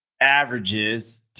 averages